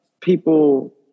people